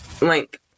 link